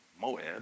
Moab